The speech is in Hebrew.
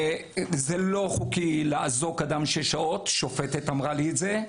זה לא חוקי לאזוק אדם שש שעות שופטת אמרה לי את זה.